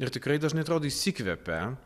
ir tikrai dažnai atrodo išsikvepia